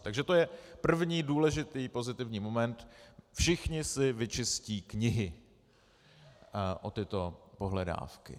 Takže to je první důležitý pozitivní moment všichni si vyčistí knihy o tyto pohledávky.